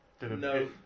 No